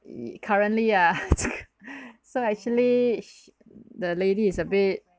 currently ya so actually sh~ the lady is a bit